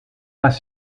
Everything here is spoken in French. pas